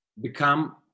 become